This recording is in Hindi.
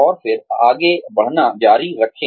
और फिर आगे बढ़ना जारी रखें